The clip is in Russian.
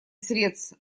срез